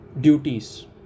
duties